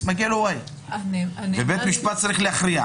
כסף אלא מגיע לו ואי ובית המשפט צריך להכריע.